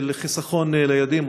של חיסכון לילדים,